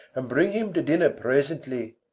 and bring him to dinner presently.